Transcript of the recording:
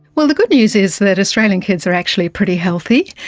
well, the good news is that australian kids are actually pretty healthy.